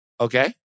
okay